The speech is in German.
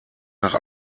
nach